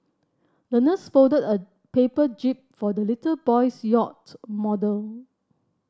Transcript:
the nurse folded a paper jib for the little boy's yacht model